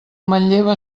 manlleva